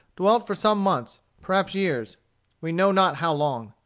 dwelt for some months, perhaps years we know not how long.